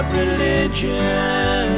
religion